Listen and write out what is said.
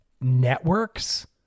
networks